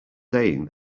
saying